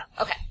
Okay